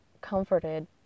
comforted